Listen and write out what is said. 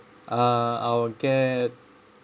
uh I'll get